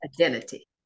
identity